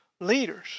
leaders